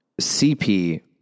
CP